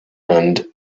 and